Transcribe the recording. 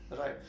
right